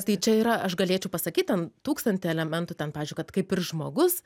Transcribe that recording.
tai čia yra aš galėčiau pasakyt ten tūkstantį elementų ten pavyzdžiui kad kaip ir žmogus